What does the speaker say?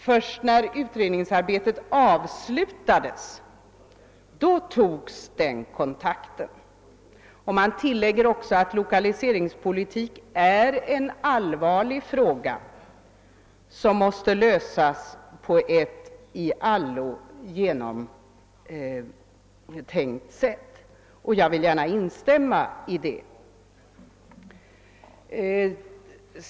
Först när utredningsarbetet avslutats togs den kontakten.» Man tillägger också att lokaliseringspolitik är en allvarlig fråga, som måste lösas på ett i allo genomtänkt sätt. Jag vill gärna instämma i detta uttalande.